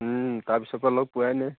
তাৰপিছত পৰা লগ পোৱাই নাই